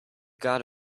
god